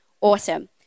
Awesome